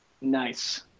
Nice